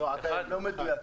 לא מדויק.